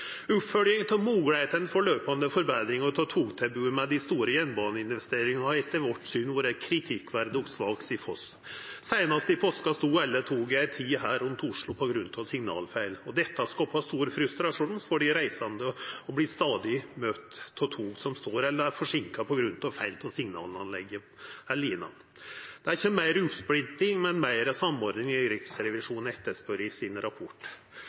Oppfølginga av moglegheitene for «løpende forbedringer i togtilbudet» med dei store jernbaneinvesteringane har etter vårt syn vore kritikkverdig svak, seier Foss. Seinast i påska stod ei tid alle toga rundt Oslo på grunn av signalfeil. Det skapar stor frustrasjon for dei reisande stadig å verta møtt av at tog står eller er forseinka på grunn av feil på signalanlegget eller linja. Det er ikkje meir oppsplitting, men meir samordning Riksrevisjonen spør etter i rapporten sin.